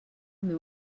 meu